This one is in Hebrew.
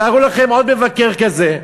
תארו לכם עוד מבקר כזה,